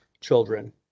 Children